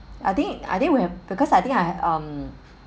I think I think we have because I think I had um